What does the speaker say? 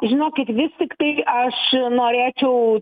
žinokit vis tiktai aš norėčiau